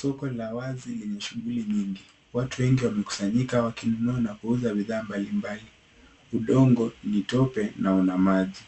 Soko la wazi lenye shughuli nyingi. Watu wengi wamekusanyika wakinunua na kuuza bidhaa mbalimbali. Udongo ni tope na una maji.